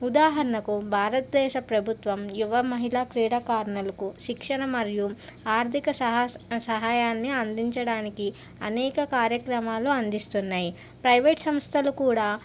ఉదాహరణకు భారతదేశ ప్రభుత్వం యువమహిళా క్రీడాకారుణులకు శిక్షణ మరియు ఆర్థిక సహాస సహాయాన్ని అందించడానికి అనేక కార్యక్రమాలు అందిస్తున్నాయి ప్రైవేట్ సంస్థలు కూడా